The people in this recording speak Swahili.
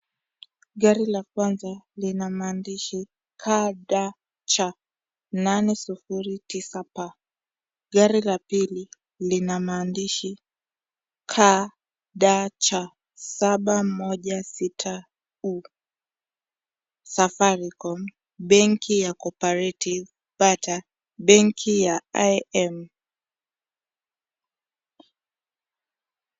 Gari la kwanza lina maandishi KDH 809P, gari la pili lina maandishi KDH 716U. Safaricom, benki ya Cooperative, Bata, benki ya IM.